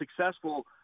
successful